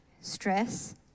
stress